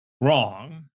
wrong